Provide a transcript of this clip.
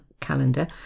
calendar